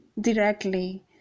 directly